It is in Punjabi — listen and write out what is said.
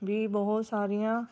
ਵੀ ਬਹੁਤ ਸਾਰੀਆਂ